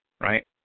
right